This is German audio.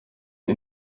den